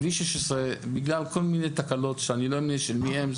כביש 16 בגלל כל מיני תקלות שאני לא אמנה של מי הן,